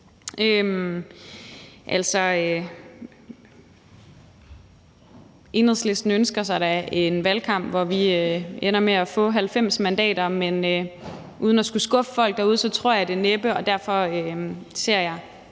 Enhedslisten ønsker sig da en valgkamp, hvor vi ender med at få 90 mandater, men uden at ville skuffe folk derude tror jeg det næppe, og derfor ser jeg